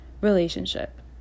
relationship